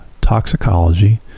toxicology